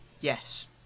Yes